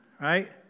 right